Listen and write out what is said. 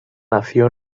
nació